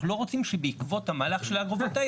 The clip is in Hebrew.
אנחנו לא רוצים שבעקבות המהלך של האגרו-וולטאי